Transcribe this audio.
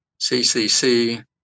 CCC